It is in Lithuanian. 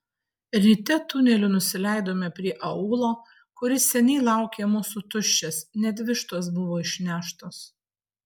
ryte tuneliu nusileidome prie aūlo kuris seniai laukė mūsų tuščias net vištos buvo išneštos